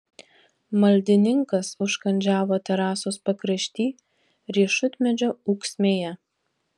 maldininkas užkandžiavo terasos pakrašty riešutmedžio ūksmėje